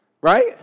Right